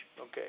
Okay